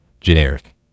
generic